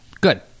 good